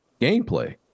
gameplay